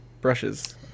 brushes